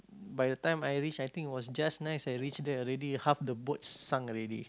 by the time I reach I think was just nice I reach there already half the boat sunk already